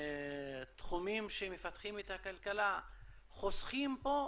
ובתחומים שמפתחים את הכלכלה חוסכים פה?